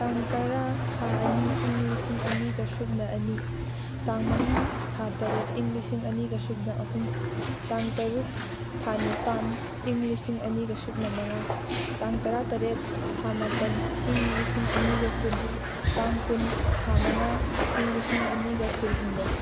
ꯇꯥꯡ ꯇꯔꯥ ꯊꯥ ꯑꯅꯤ ꯏꯪ ꯂꯤꯁꯤꯡ ꯑꯅꯤꯒ ꯁꯨꯞꯅ ꯑꯅꯤ ꯇꯥꯡ ꯃꯉꯥ ꯊꯥ ꯇꯔꯦꯠ ꯏꯪ ꯂꯤꯁꯤꯡ ꯑꯅꯤꯒ ꯁꯨꯞꯅ ꯑꯍꯨꯝ ꯇꯥꯡ ꯇꯔꯨꯛ ꯊꯥ ꯅꯤꯄꯥꯟ ꯏꯪ ꯂꯤꯁꯤꯡ ꯑꯅꯤꯒ ꯁꯨꯞꯅ ꯃꯉꯥ ꯇꯥꯡ ꯇꯔꯥꯇꯔꯦꯠ ꯊꯥ ꯃꯥꯄꯟ ꯏꯪ ꯂꯤꯁꯤꯡ ꯑꯅꯤꯒ ꯀꯨꯟ ꯇꯥꯡ ꯀꯨꯟ ꯊꯥ ꯃꯉꯥ ꯏꯪ ꯂꯤꯁꯤꯡ ꯑꯅꯤꯒ ꯀꯨꯟꯍꯨꯝꯗꯣꯏ